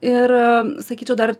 ir sakyčiau dar